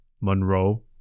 Monroe